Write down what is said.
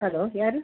hello ಯಾರು